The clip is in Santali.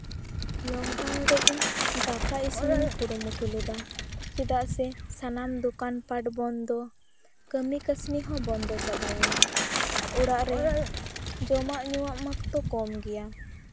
ᱞᱚᱠᱰᱟᱣᱩᱱ ᱨᱮ ᱤᱧ ᱫᱟᱠᱟ ᱤᱥᱤᱱᱤᱧ ᱠᱩᱨᱩᱢᱩᱴᱩ ᱞᱮᱫᱟ ᱪᱮᱫᱟᱜ ᱥᱮ ᱥᱟᱱᱟᱢ ᱫᱚᱠᱟᱱ ᱯᱟᱴ ᱵᱚᱱᱫᱚ ᱠᱟᱹᱢᱤ ᱠᱟᱹᱥᱱᱤ ᱦᱚᱸ ᱵᱚᱱᱫᱚ ᱪᱟᱵᱟᱭᱮᱱᱟ ᱚᱲᱟᱜ ᱨᱮ ᱡᱚᱢᱟᱜ ᱧᱩᱣᱟᱜ ᱢᱟ ᱛᱚ ᱠᱚᱢ ᱜᱮᱭᱟ